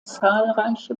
zahlreiche